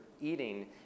eating